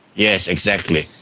yes, exactly.